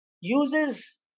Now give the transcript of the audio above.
uses